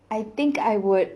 I think I would